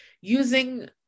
using